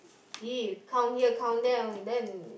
E count here count there and then